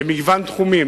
במגוון תחומים.